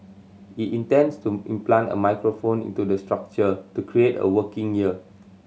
he intends to implant a microphone into the structure to create a working ear